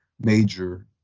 major